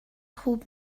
خوب